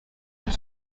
vous